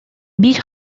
биир